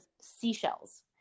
seashells